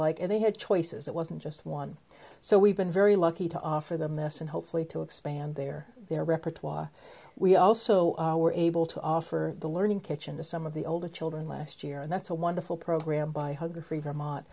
like and they had choices it wasn't just one so we've been very lucky to offer them this and hopefully to expand their their repertoire we also were able to offer the learning kitchen to some of the older children last year and that's a wonderful program by hunger free